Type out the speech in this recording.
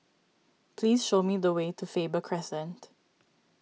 please show me the way to Faber Crescent